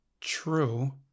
True